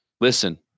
listen